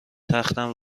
تختم